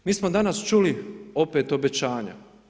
Mi smo danas čuli opet obećanja.